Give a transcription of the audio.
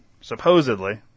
supposedly